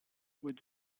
with